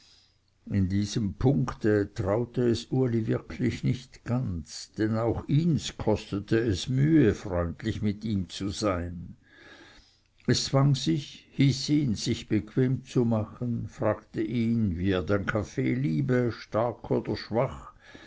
in diesem punkte traute es uli wirklich nicht ganz denn auch ihns kostete es mühe freundlich mit ihm zu sein es zwang sich hieß ihn sichs bequem zu machen fragte ihn wie er den kaffee liebe stark oder schwach